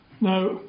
now